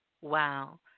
wow